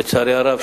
לצערי הרב,